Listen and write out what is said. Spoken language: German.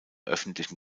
öffentlichen